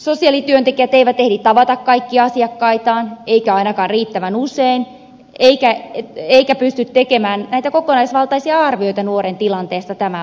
sosiaalityöntekijät eivät ehdi tavata kaikkia asiakkaitaan eivät ainakaan riittävän usein eivätkä pysty tekemään näitä kokonaisvaltaisia arvioita nuoren tilanteesta tämän vuoksi